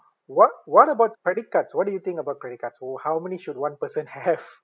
what what about credit cards what do you think about credit cards or how many should one person have